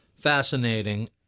fascinating